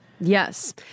Yes